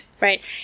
right